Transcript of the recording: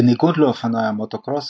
בניגוד לאופנועי המוטוקרוס,